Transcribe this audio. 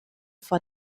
for